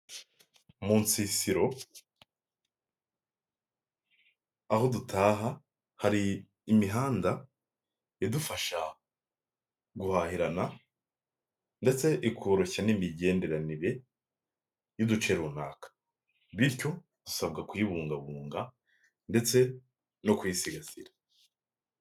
Mu nsisiro aho dutaha hari imihanda idufasha guhahirana ndetse ikoroshya n'imigenderanire y'uduce runaka, bityo usabwa kuyibungabunga ndetse no kuyisigasira.